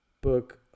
book